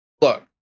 Look